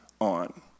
on